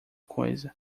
coisa